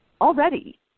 already